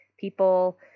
people